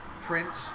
print